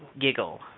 giggle